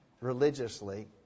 religiously